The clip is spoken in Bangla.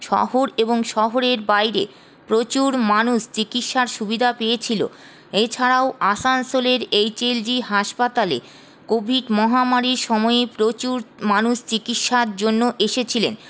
শহর এবং শহরের বাইরে প্রচুর মানুষ চিকিৎসার সুবিধা পেয়েছিল এছাড়াও আসানসোলের এইচএলজি হাসপাতালে কোভিড মহামারীর সময়ে প্রচুর মানুষ চিকিৎসার জন্য এসেছিলেন